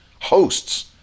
Hosts